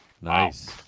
Nice